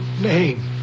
name